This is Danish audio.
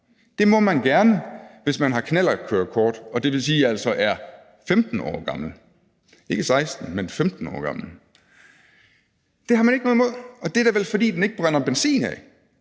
Det må man gerne, hvis man har et knallertkørekort og altså er 15 år gammel – ikke 16 år, men 15 år gammel. Det har man ikke noget imod, og det er da vel, fordi den ikke brænder benzin af.